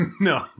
No